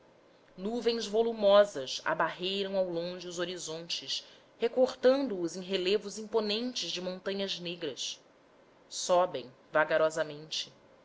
nuvens volumosas abarreiram ao longe os horizontes recortando os em relevos imponentes de montanhas negras sobem vagarosamente